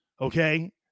Okay